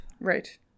right